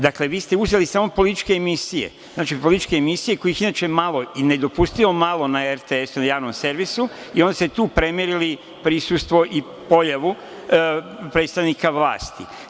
Dakle, vi ste uzeli samo političke emisije, kojih inače je malo i nedopustivo malo na RTS, nas Javnom servisu i onda ste tu premerili prisustvo i pojavu predstavnika vlasti.